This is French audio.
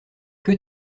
que